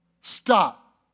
Stop